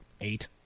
Eight